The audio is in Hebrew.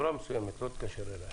תבואו ותאמרו שכרגע זה "אל תתקשרו אליי".